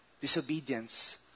disobedience